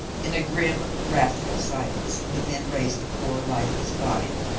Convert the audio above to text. in a grim, wrathful silence the men raised the poor lifeless body,